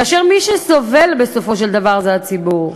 כאשר מי שסובל בסופו של דבר זה הציבור.